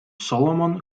solomon